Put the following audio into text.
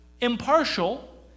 impartial